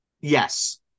Yes